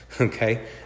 Okay